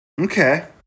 Okay